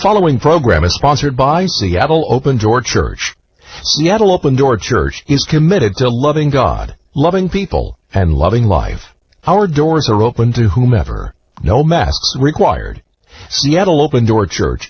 following program is sponsored by seattle open door church yet open door church is committed to loving god loving people and loving life our doors are open to whomever no mass required seattle open door church